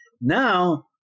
Now